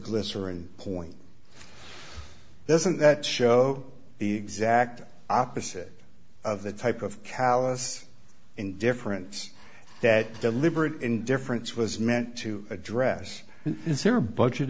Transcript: cerin point doesn't that show the exact opposite of the type of callous indifference that deliberate indifference was meant to address is there a budget